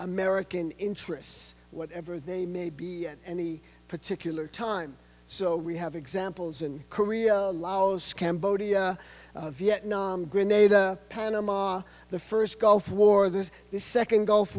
american interests whatever they may be in any particular time so we have examples in korea laos cambodia vietnam grenada panama the first gulf war there's the second gulf